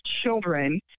children